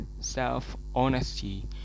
self-honesty